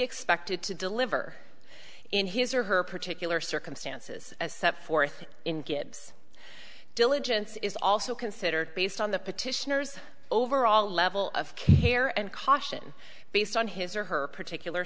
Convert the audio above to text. expected to deliver in his or her particular circumstances as set forth in gives diligence is also considered based on the petitioners overall level of care and caution based on his or her particular